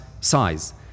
size